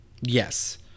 yes